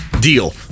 deal